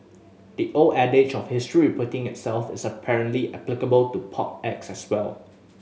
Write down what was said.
the old adage of history repeating itself is apparently applicable to pop acts as well